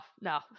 no